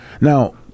Now